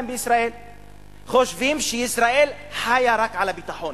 בישראל חושבים שישראל חיה רק על הביטחון,